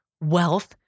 wealth